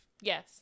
Yes